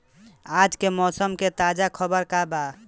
आज के मौसम के ताजा खबर का बा?